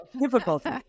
difficulty